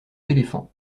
éléphants